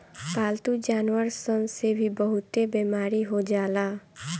पालतू जानवर सन से भी बहुते बेमारी हो जाला